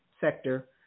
sector